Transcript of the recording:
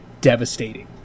devastating